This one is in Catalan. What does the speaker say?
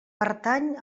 pertany